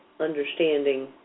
understanding